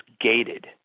gated